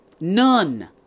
None